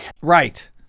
Right